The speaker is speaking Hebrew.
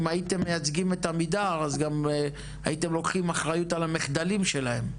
אם הייתם מייצגים את עמידר אז גם הייתם לוקחים אחריות על המחדלים שלהם.